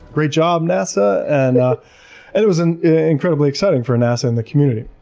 great job, nasa! and ah and it was and incredibly exciting for nasa and the community.